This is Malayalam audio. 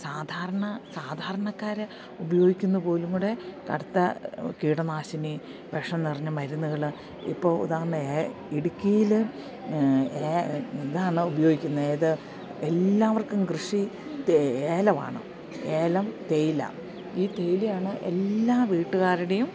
സാധാരണ സാധാരണക്കാര് ഉപയോഗിക്കുന്നത് പോലും കൂടെ കടുത്ത കീടനാശിനി വിഷം നിറഞ്ഞ മരുന്നുകള് ഇപ്പോൾ ഉദാഹരണം ഏ ഇടുക്കിയിൽ ഇതാണ് ഉപയോഗിക്കുന്നത് ഏത് എല്ലാവർക്കും കൃഷി ഏലവാണ് ഏലം തേയില ഈ തേയിലയാണ് എല്ലാ വീട്ടുകാരുടെയും